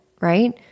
right